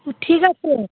ঠিক আছে